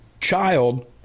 child